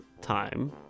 time